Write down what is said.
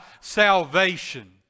salvation